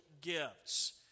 gifts